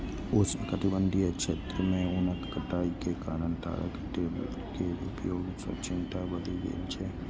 उष्णकटिबंधीय क्षेत्र मे वनक कटाइ के कारण ताड़क तेल के उपयोग सं चिंता बढ़ि गेल छै